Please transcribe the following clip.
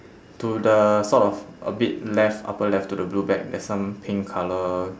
to the sort of a bit left upper left to the blue bag there's some pink colour